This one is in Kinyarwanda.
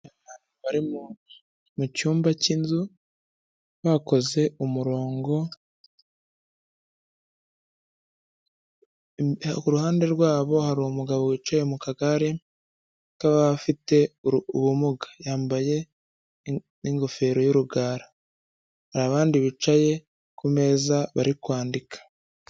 Mu cyumba cy'inzu bakoze umurongo, ku ruhande rwabo hari umugabo wicaye mu kagare k'abafite ubumuga, yambaye n'ingofero y'urugara, hari abandi bicaye ku meza bari kwandika.